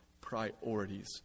priorities